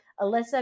Alyssa